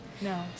No